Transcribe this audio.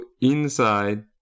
inside